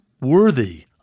worthy